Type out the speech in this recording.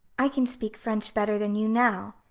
i can speak french better than you, now,